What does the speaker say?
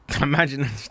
Imagine